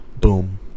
Boom